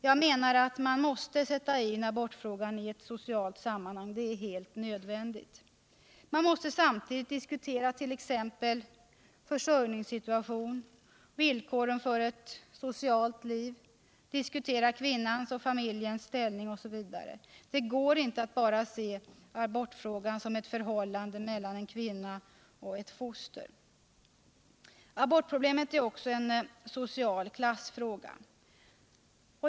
Jag menar att man måste sätta in abortfrågan i ett socialt sammanhang — det är helt nödvändigt. Man måste diskutera t.ex. försörjningssituationen, villkoren för ett socialt liv, kvinnans och familjens ställning, osv. Det går inte att bara se abortfrågan som ett förhållande mellan en kvinna och ett foster. Abortproblemet är också en social klassfråga.